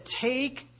take